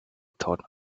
thought